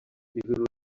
ijuru